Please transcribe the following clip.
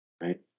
right